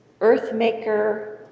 earthmaker